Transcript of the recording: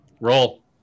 Roll